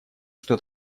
что